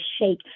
shake